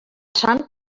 sant